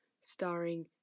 starring